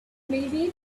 maybe